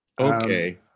Okay